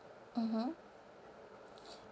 mmhmm